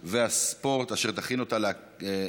אה,